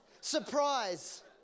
surprise